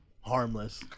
Harmless